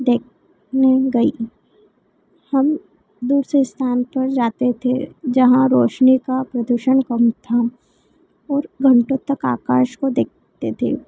देख गई हम दूसरे स्थान पर जाते थे जहाँ रोशनी का प्रदूषण कम था और घंटों तक आकाश को देखते थे